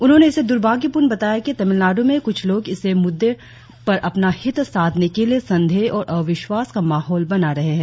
उन्होंने इसे दुर्भाग्यपूर्ण बताया कि तमिलनाडु में कुछ लोग इस मुद्दे पर अपना हित साधने के लिए संदेह और अविश्वास का माहौल बना रहे हैं